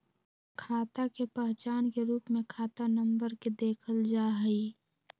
खाता के पहचान के रूप में खाता नम्बर के देखल जा हई